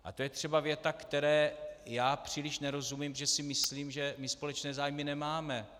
A to je třeba věta, které já příliš nerozumím, protože si myslím, že my společné zájmy nemáme.